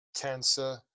cancer